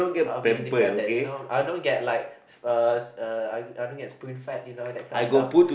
I will be independent you know I don't get like uh I don't get spoon fed you know that kind of stuff